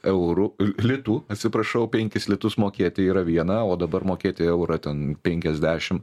eurų litų atsiprašau penkis litus mokėti yra viena o dabar mokėti eurą ten penkiasdešim